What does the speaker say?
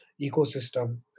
ecosystem